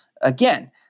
again